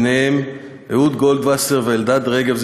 וביניהם אהוד גולדווסר ואלדד רגב,